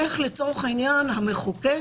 איך לצורך העניין המחוקק